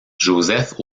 joseph